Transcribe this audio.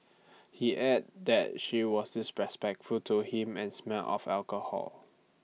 he added that she was disrespectful to him and smelled of alcohol